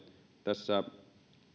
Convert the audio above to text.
tässä